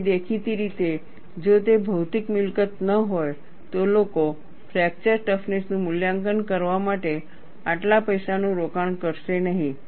અને દેખીતી રીતે જો તે ભૌતિક મિલકત ન હોય તો લોકો ફ્રેક્ચર ટફનેસ નું મૂલ્યાંકન કરવા માટે આટલા પૈસાનું રોકાણ કરશે નહીં